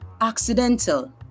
accidental